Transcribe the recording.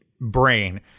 brain